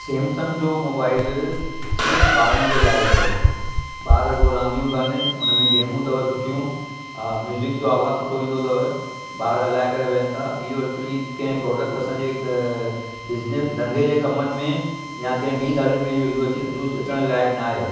Samsung जो mobile सिर्फ़ु ॿारनि जे लाइ ई अथव ॿार गो रांदियूं कनि हुन में गेमियूं अथव सुठियूं म्यूजिक जो आवाज़ु सुठो ईंदो अथव ॿार हलाए करे विहनि था इहो ऐकचूली कंहिं प्रोडक्ट असांजे बिज़नस धंधे जे कमनि में या कंहिं ॿीं ॻाल्हियुनि में इहो यूज़ अचण लाइक़ नाहे